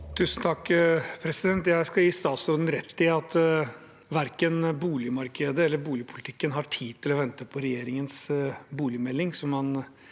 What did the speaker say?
Kapur (H) Jeg skal gi statsråd- en rett i at verken boligmarkedet eller boligpolitikken har tid til å vente på regjeringens boligmelding, som han